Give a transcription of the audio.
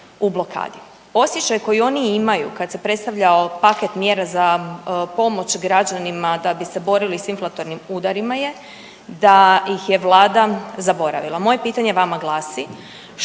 u blokadi. Osjećaj koji oni imaju kad se predstavljao paket mjera za pomoć građanima da bi se borili sa inflatornim udarima je da ih je Vlada zaboravila. Moje pitanje vama glasi što